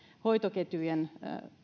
hoitoketjujen